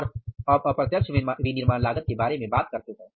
और अब अप्रत्यक्ष विनिर्माण लागत के बारे में बात करते हैं